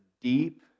deep